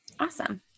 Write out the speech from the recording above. Awesome